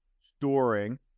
storing